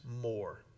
more